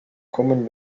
kommen